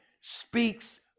speaks